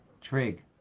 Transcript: Trig